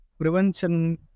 prevention